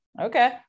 okay